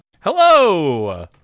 Hello